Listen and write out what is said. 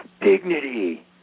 dignity